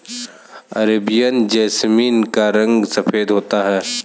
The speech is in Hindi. अरेबियन जैसमिन का रंग सफेद होता है